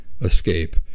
escape